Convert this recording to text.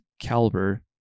caliber